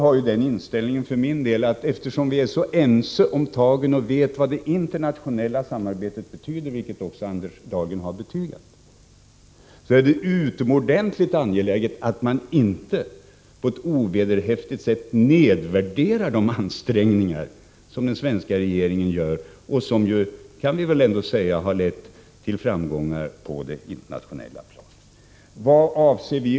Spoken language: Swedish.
Jag har den inställningen för min del att vi är ense om tagen och vet vad det internationella samarbetet betyder. Detta har också Anders Dahlgren betygat. Då är det utomordentligt angeläget att man inte på ett ovederhäftigt sätt nedvärderar de ansträngningar som den svenska regeringen gör och som man ändå kan säga har lett till framgång på det internationella planet.